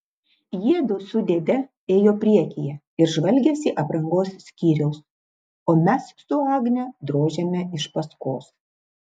jiedu su dėde ėjo priekyje ir žvalgėsi aprangos skyriaus o mes su agne drožėme iš paskos